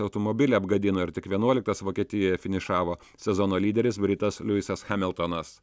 automobilį apgadino ir tik vienuoliktas vokietijoje finišavo sezono lyderis britas luisas hamiltonas